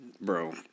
Bro